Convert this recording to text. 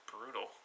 Brutal